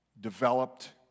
developed